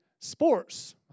sports